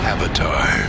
Avatar